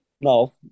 No